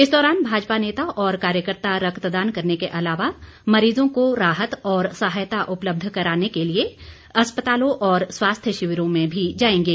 इस दौरान भाजपा नेता और कार्यकर्ता रक्तदान करने के अलावा मरीजों को राहत और सहायता उपलबध कराने के लिए अस्पतालों और स्वास्थ्य शिविरों में भी जाएंगे